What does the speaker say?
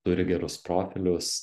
turi gerus profilius